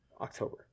October